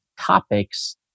topics